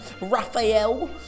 Raphael